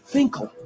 Finkel